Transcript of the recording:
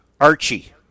Archie